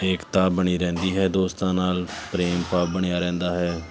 ਏਕਤਾ ਬਣੀ ਰਹਿੰਦੀ ਹੈ ਦੋਸਤਾਂ ਨਾਲ ਪ੍ਰੇਮ ਭਾਵ ਬਣਿਆ ਰਹਿੰਦਾ ਹੈ